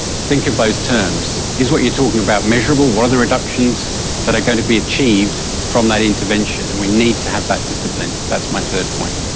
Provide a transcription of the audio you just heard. think of those terms. is what you're talking about measurable, what are the reductions that are going to be achieved from that intervention? and we need to have that discipline. that's my third point.